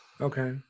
Okay